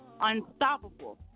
unstoppable